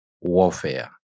warfare